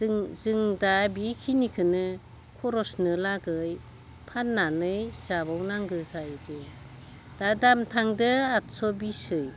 दों जों दा बे खिनिखौनो खरसनो लागै फानानै जाबावनांगौ जायोदि दा दाम थांदों आतस' बिसै